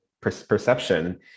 perception